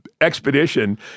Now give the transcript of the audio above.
expedition